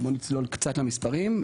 בוא נצלול קצת למספרים,